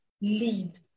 lead